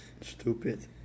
stupid